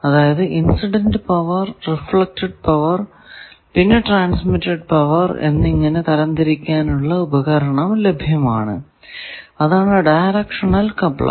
അതായതു incident power reflected power പിന്നെ transmitted power എന്നിങ്ങനെ തരം തിരിക്കാനുള്ള ഉപകരണം ലഭ്യമാണ് അതാണ് ഡയറക്ഷണൽ കപ്ലർ